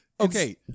okay